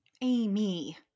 Amy